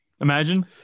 Imagine